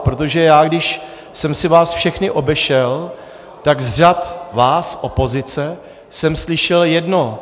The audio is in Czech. Protože já když jsem si vás všechny obešel, tak z řad vás opozice jsem slyšel jedno.